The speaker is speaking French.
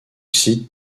site